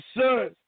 sons